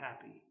happy